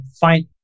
find